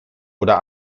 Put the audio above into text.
oder